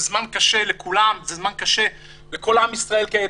זה זמן קשה לכולם, זה זמן קשה לכל עם ישראל כעת.